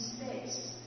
space